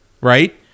right